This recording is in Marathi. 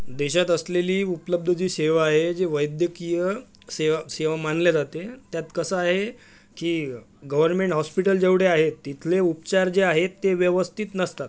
देशात असलेली उपलब्ध जी सेवा आहे जे वैद्यकीय सेव सेवा मानली जाते त्यात कसं आहे की गवर्नमेंट हॉस्पिटल जेवढे आहे तिथले उपचार जे आहेत ते व्यवस्थित नसतात